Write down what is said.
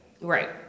Right